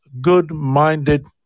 good-minded